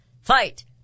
Fight